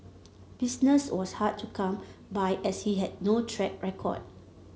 business was hard to come by as he had no track record